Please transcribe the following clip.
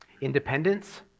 Independence